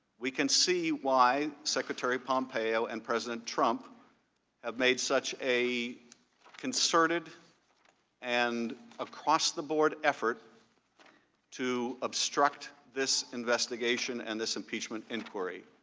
we can see why secretary pompeo and president trump have made such a concerted and across-the-board effort to obstruct this investigation and this impeachment inquiry.